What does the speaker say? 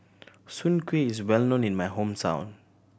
Soon Kuih is well known in my hometown